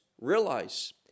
realize